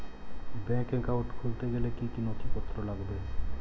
Bank account খুলতে হলে কি কি নথিপত্র লাগবে?